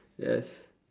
yes